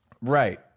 Right